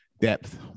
depth